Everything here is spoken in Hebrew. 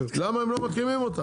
למה הם לא מקימים אותה?